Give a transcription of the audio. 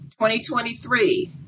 2023